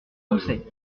doucet